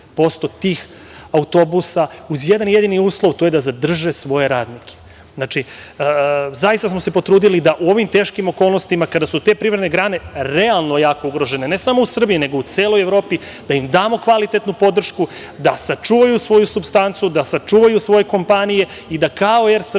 83% tih autobusa uz jedan jedini uslov, a to je da zadrže svoje radnike. Znači, zaista smo se potrudili da u ovim teškim okolnostima kada su te privredne grane realno jako ugrožene, ne samo u Srbiji, nego u celoj Evropi, da im damo kvalitetnu podršku da sačuvaju svoju supstancu, da sačuvaju svoje kompanije i da kao „Er